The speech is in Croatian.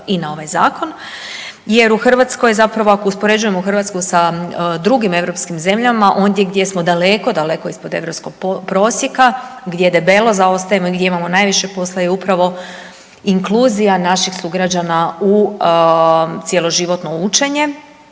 i na ovaj zakon jer u Hrvatskoj zapravo ako uspoređujemo Hrvatsku sa drugim europskim zemljama, ondje gdje smo daleko, daleko ispod europskog prosjeka gdje debelo zaostajemo i gdje imamo najviše posla je upravo inkluzija naših sugrađana u cjeloživotno učenje